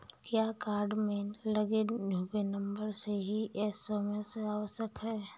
क्या कार्ड में लगे हुए नंबर से ही एस.एम.एस आवश्यक है?